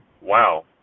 Wow